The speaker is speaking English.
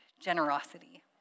generosity